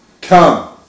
Come